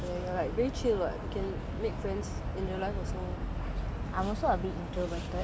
ஆனா ஏன் நீ வந்து:aana ean nee vanthu online friends பிடிக்க பார்குற:pidikka paarkkura you are like very chill what can make friends in your life also